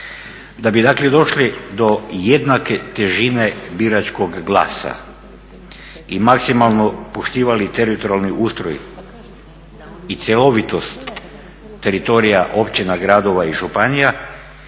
Da bi dakle došli do jednake težine biračkog glasa i maksimalno poštivali teritorijalni ustroj i cjelovitost teritorija općina, gradova i županija,